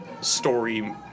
story